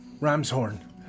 Ramshorn